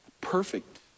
Perfect